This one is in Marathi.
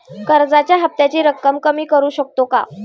कर्जाच्या हफ्त्याची रक्कम कमी करू शकतो का?